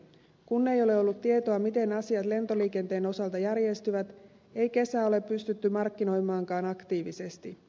kun ei ole ollut tietoa miten asiat lentoliikenteen osalta järjestyvät ei kesää ole pystytty markkinoimaankaan aktiivisesti